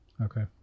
okay